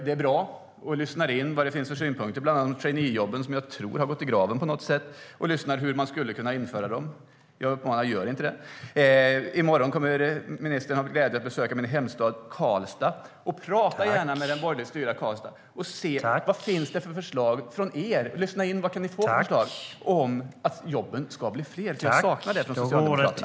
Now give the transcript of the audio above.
Det är bra. Hon lyssnar in vad det finns för synpunkter, bland annat om traineejobben, som jag tror har gått i graven på något sätt. Hon lyssnar hur man skulle kunna införa dem. Jag uppmanar: Gör inte det. I morgon kommer ministern att ha glädjen att besöka min hemstad Karlstad. Tala gärna med dem i det borgerligt styrda Karlstad. Se vad det finns för förslag. Lyssna in och se vad ni kan få för förslag för att jobben ska bli fler. Vi saknar det från Socialdemokraterna.